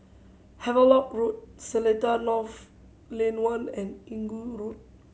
Havelock Road Seletar North Lane One and Inggu Road